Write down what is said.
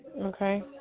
Okay